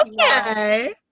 Okay